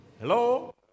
Hello